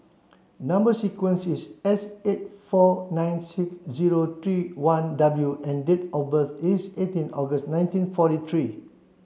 number sequence is S eight four nine six zero three one W and date of birth is eighteen August nineteen forty three